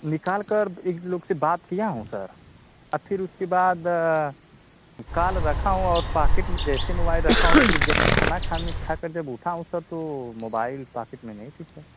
निकाल कर एक लोग से बात किया हूँ सर तब फिर उसके बाद काल रखा हूँ और पाकिट में जैसे मोबाइल रखा हूँ फिर जब खाना खाने खाकर जब उठा हूँ सर तो मोबाइल पाकिट में नहीं थी सर